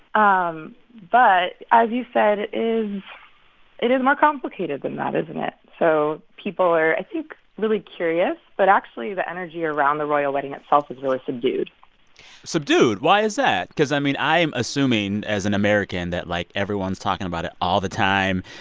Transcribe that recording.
um but as you said, it is it is more complicated than that, isn't it? so people are, i think, really curious. but actually, the energy around the royal wedding itself is really subdued subdued why is that? because, i mean, i'm assuming, as an american, that, like, everyone's talking about it all the time.